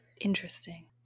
Interesting